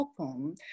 open